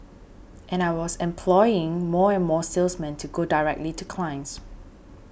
and I was employing more and more salesmen to go directly to clients